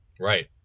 Right